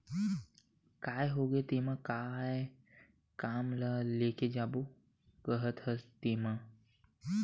काय होगे तेमा काय काम ल लेके जाबो काहत हस तेंमा?